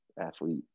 athlete